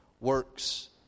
works